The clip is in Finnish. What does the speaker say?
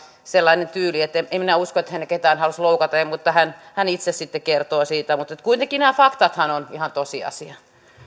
sellainen tyyli että en minä usko että hän ketään halusi loukata mutta hän hän itse sitten kertoo siitä mutta kuitenkin nämä faktathan ovat ihan tosiasia